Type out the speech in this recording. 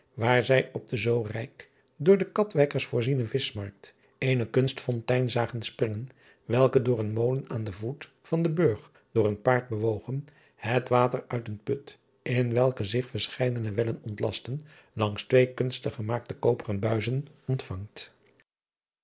waar zij op de zoo rijk door de atwijkers voorziene ischmarkt eene unst fontein zagen springen welke door een molen aan den voet van den urg door een paard bewogen het water uit een put in welken zich verscheiden wellen ontlasten langs twee kunstig gemaakte koperen buizen ontvangt